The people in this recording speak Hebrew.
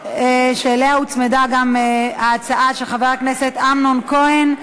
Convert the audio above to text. שאליה הוצמדה גם ההצעה של חבר הכנסת אמנון כהן,